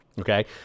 Okay